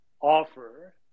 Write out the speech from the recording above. offer